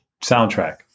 soundtrack